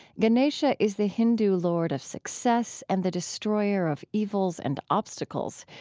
ganesha is the hindu lord of success and the destroyer of evils and obstacles.